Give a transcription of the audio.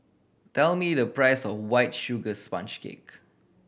tell me the price of White Sugar Sponge Cake